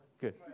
good